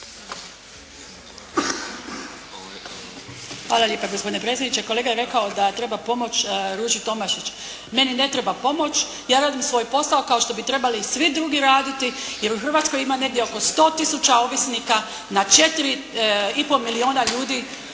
Hvala lijepa gospodine predsjedniče. Kolega je rekao da treba pomoći Ruži Tomašić. Meni ne treba pomoć, ja radim svoj posao kao što bi trebali i svi drugi raditi jer u Hrvatskoj ima negdje oko 100 tisuća ovisnika na 4,5 milijuna ljudi.